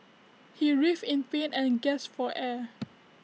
he writhed in pain and gasped for air